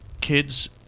kids